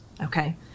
Okay